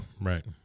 Right